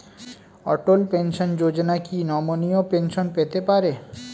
অটল pension যোজনা কি নমনীয় পেনশন পেতে পারে?